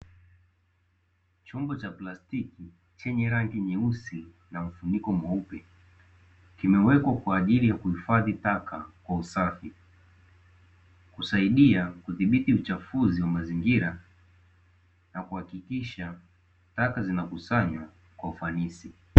Chombo cha plastiki chenye rangi nyeusi na mfuniko mweupe kimewekwa kwa ajili ya kuhifadhi taka kwa usafi, kusaidia kudhibiti uchafuzi wa mazingira na kuhakikisha taka zinakusanywa kwa ufanisi.